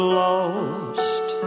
lost